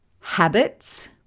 habits